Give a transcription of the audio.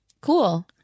cool